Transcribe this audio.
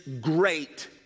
great